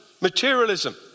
materialism